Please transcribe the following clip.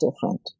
different